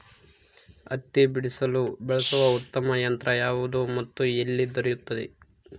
ಹತ್ತಿ ಬಿಡಿಸಲು ಬಳಸುವ ಉತ್ತಮ ಯಂತ್ರ ಯಾವುದು ಮತ್ತು ಎಲ್ಲಿ ದೊರೆಯುತ್ತದೆ?